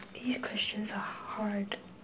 these questions are hard